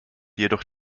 jedoch